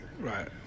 Right